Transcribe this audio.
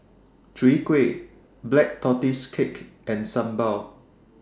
Chwee Kueh Black Tortoise Cake and Sambal